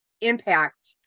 impact